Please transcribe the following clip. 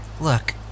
Look